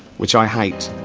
which i hate.